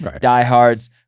diehards